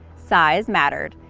size mattered.